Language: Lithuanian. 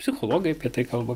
psichologai apie tai kalba